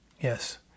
Yes